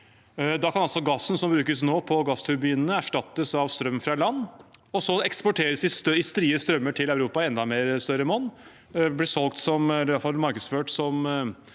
Da kan gassen som nå brukes på gassturbinene, erstattes av strøm fra land og så eksporteres i strie strømmer til Europa i enda større monn, bli solgt